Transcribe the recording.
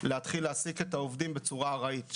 להתחיל להעסיק את העובדים בצורה ארעית,